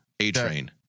A-Train